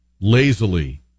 lazily